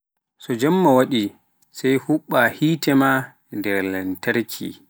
so jemma waɗi sai huɓɓa hiite maa nde lantarrki.